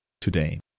today